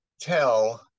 tell